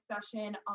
session